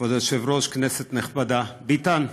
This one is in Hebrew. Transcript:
כבוד היושב-ראש, כנסת נכבדה, ביטן,